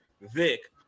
Vic